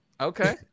Okay